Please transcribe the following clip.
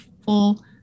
full